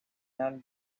final